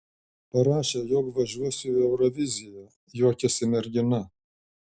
parašė jog važiuosiu į euroviziją juokėsi mergina